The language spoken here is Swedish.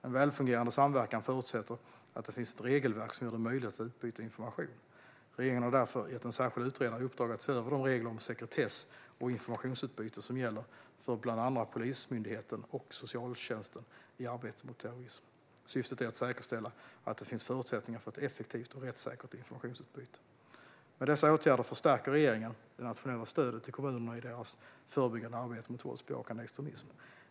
En välfungerande samverkan förutsätter att det finns ett regelverk som gör det möjligt att utbyta information. Regeringen har därför gett en särskild utredare i uppdrag att se över de regler om sekretess och informationsutbyte som gäller för bland andra Polismyndigheten och socialtjänsten i arbetet mot terrorism. Syftet är att säkerställa att det finns förutsättningar för ett effektivt och rättssäkert informationsutbyte. Med dessa åtgärder förstärker regeringen det nationella stödet till kommunerna i deras förebyggande arbete mot våldsbejakande extremism.